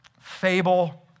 fable